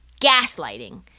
Gaslighting